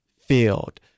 field